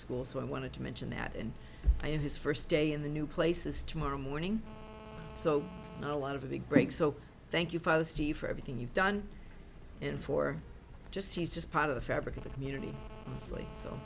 school so i wanted to mention that and i had his first day in the new place is tomorrow morning so not a lot of a big break so thank you father steve for everything you've done and for just he's just part of the fabric of the community so